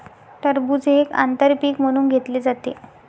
टरबूज हे एक आंतर पीक म्हणून घेतले जाते